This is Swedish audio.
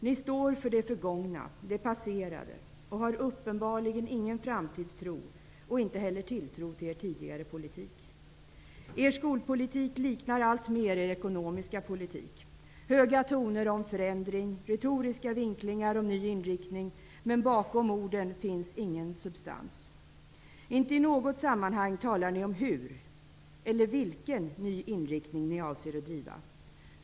Ni står för det förgångna, det passerade och har uppenbarligen ingen framtidstro och inte heller tilltro till er tidigare politik. Er skolpolitik liknar alltmer er ekonomiska politik, dvs. höga toner om förändring och retoriska vinklingar om ny inriktning. Men bakom orden finns ingen substans. Inte i något sammanhang talar ni om hur eller vilken ny inriktning ni avser att driva.